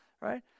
right